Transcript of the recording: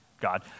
God